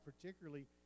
particularly